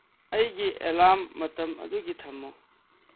ꯑꯩꯒꯤ ꯑꯦꯂꯥꯔꯝ ꯃꯇꯝ ꯑꯗꯨꯒꯤ ꯊꯝꯃꯨ